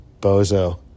bozo